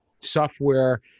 software